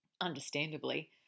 understandably